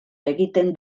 egiten